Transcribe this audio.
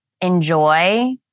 enjoy